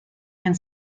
and